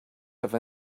have